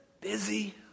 busy